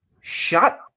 Shut